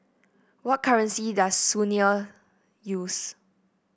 what currency does Tunisia use